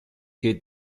geht